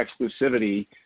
exclusivity